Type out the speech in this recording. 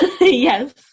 Yes